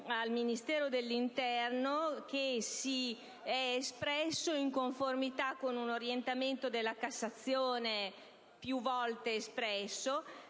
al Ministero dell'interno che si è espresso in conformità con un orientamento della Cassazione più volte formulato,